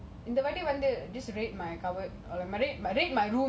like what